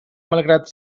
malgrat